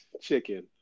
chicken